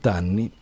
anni